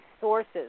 sources